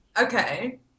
Okay